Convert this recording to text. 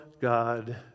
God